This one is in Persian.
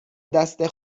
دسته